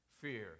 fear